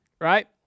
Right